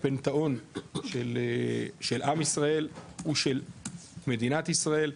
הפנתאון של עם ישראל ושל מדינת ישראל,